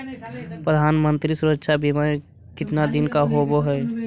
प्रधानमंत्री मंत्री सुरक्षा बिमा कितना दिन का होबय है?